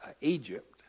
Egypt